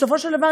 בסופו של דבר,